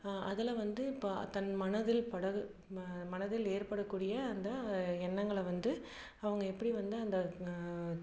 அதில் வந்து இப்போ தன் மனதில் படகு ம மனதில் ஏற்படக்கூடிய அந்த எண்ணங்களை வந்து அவங்க எப்படி வந்து அந்த